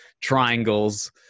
triangles